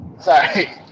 Sorry